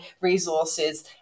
resources